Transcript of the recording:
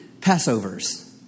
Passovers